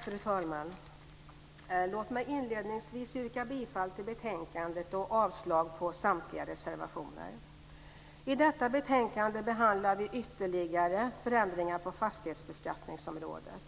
Fru talman! Låt mig inledningsvis yrka bifall till förslaget i utskottets betänkande och avslag på samtliga reservationer. I detta betänkande behandlar vi ytterligare förändringar på fastighetsbeskattningsområdet.